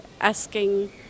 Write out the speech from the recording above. asking